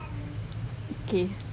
okay